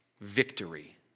victory